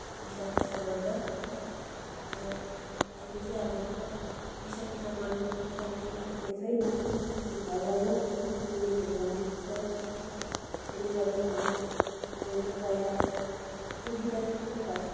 दिसापिसाब गर्दा अब अहिले चाहिँ अब दिसापिसाब गर्न त्यति साह्रो समस्या छैन अहिले चाहिँ घर घरमा टोइलेटहरू बनाएको छ त्यसले गर्दाखेरि अहिले चाहिँ प्रायः सुविधा छ